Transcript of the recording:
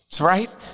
Right